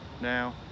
now